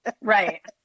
right